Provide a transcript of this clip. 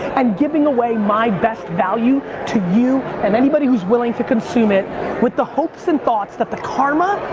and giving away my best value to you and anybody who's willing to consume it with the hopes and thoughts that the karma,